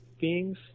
beings